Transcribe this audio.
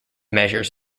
measures